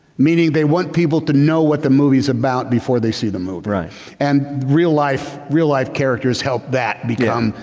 meaning they want people to know what the movies about before they see the movie. and real life real life characters help that become,